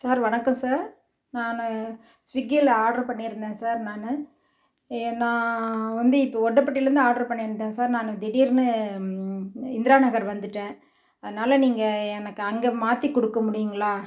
sir வணக்கம் sir நான் ஸ்விகியில் ஆட்ரு பண்ணியிருந்தேன் சார் நான் நான் வந்து இப்போ ஒட்டப்பட்டிலேருந்து ஆட்ரு பண்ணியிருந்தேன் சார் நான் திடீரெனு இந்திரா நகர் வந்துவிட்டேன் அதனால நீங்கள் எனக்கு அங்கே மாற்றி கொடுக்க முடியுங்களா